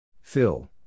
Phil